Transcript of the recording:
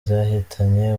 zahitanye